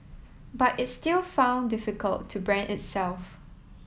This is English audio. but it still found difficult to brand itself